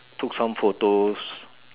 took some photos